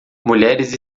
mulheres